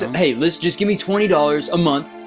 and hey, let's just give me twenty dollars a month,